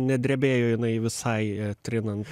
nedrebėjo jinai visai trinant